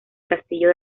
castillo